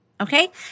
okay